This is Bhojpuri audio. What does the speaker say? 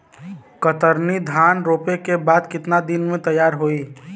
कतरनी धान रोपे के बाद कितना दिन में तैयार होई?